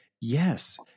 yes